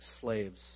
slaves